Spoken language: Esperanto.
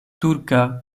turka